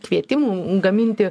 kvietimų gaminti